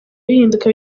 bihinduka